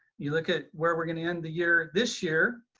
you look at where we're gonna end the year this year,